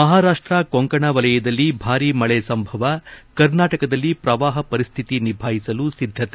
ಮಹಾರಾಷ್ಷ ಕೊಂಕಣ ವಲಯದಲ್ಲಿ ಭಾರೀ ಮಳೆ ಸಂಭವ ಕರ್ನಾಟಕದಲ್ಲಿ ಪ್ರವಾಹ ಪರಿಸ್ಥಿತಿ ನಿಭಾಯಿಸಲು ಸಿದ್ದತೆ